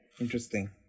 Interesting